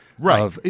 Right